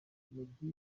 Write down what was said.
meddy